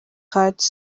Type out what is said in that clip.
kurt